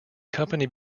company